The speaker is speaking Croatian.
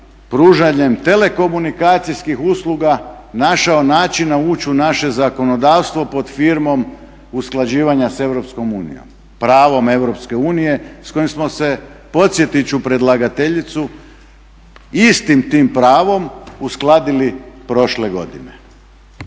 pružanjem telekomunikacijskih usluga našao načina ući u naše zakonodavstvo pod firmom usklađivanja s Europskom unijom, pravom Europske unije s kojim smo se podsjetit ću predlagateljicu istim tim pravom uskladili prošle godine.